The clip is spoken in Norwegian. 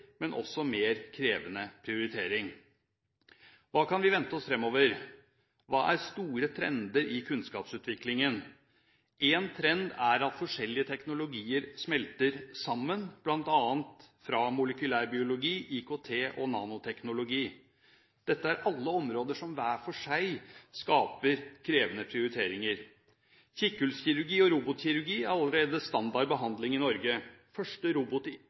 men også mer krevende prioritering. Hva kan vi vente oss fremover? Hva er store trender i kunnskapsutviklingen? Én trend er at forskjellige teknologier smelter sammen, bl.a. fra molekylærbiologi, IKT og nanoteknologi. Dette er alle områder som hver for seg skaper krevende prioriteringer. Kikkhullskirurgi og robotkirurgi er allerede standard behandling i Norge. Første robotinngrep ble foretatt i